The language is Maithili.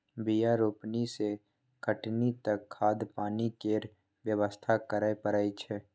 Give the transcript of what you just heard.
बीया रोपनी सँ कटनी तक खाद पानि केर बेवस्था करय परय छै